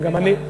גם אני.